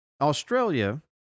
Australia